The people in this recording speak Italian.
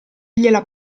gliela